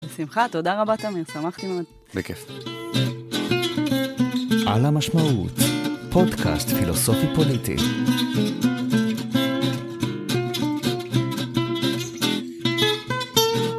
בשמחה, תודה רבה, תמיר, שמחתי מאוד. בכיף. על המשמעות, פודקאסט פילוסופי פוליטי